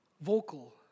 vocal